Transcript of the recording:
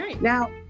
Now